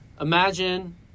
Imagine